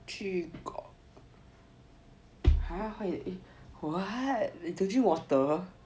去 !huh! what you don't drink water